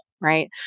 right